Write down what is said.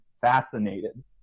fascinated